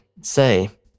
say